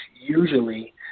usually